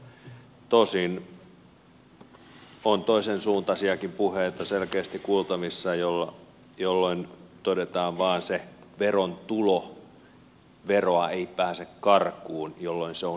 tosin on toisen suuntaisiakin puheita selkeästi kuultavissa jolloin todetaan vain se veron tulo veroa ei pääse karkuun jolloin se on hyvä